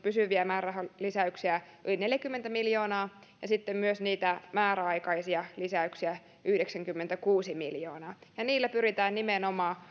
pysyviä määrärahalisäyksiä yli neljäkymmentä miljoonaa ja sitten myös niitä määräaikaisia lisäyksiä yhdeksänkymmentäkuusi miljoonaa niillä pyritään nimenomaan